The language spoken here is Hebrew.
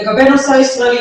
לגבי נושא הישראלים,